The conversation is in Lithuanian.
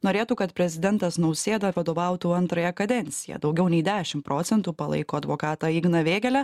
norėtų kad prezidentas nausėda vadovautų antrąją kadenciją daugiau nei dešim procentų palaiko advokatą igną vėgėlę